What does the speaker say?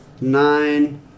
nine